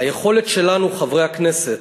היכולת שלנו, חברי הכנסת,